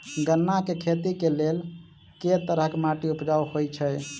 गन्ना केँ खेती केँ लेल केँ तरहक माटि उपजाउ होइ छै?